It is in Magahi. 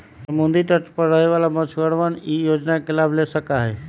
समुद्री तट पर रहे वाला मछुअरवन ई योजना के लाभ ले सका हई